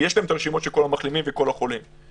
ויש להם הרשימות של כל המחלימים וכל החולים,